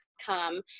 come